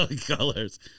Colors